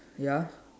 ya